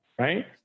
Right